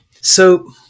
So-